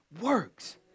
works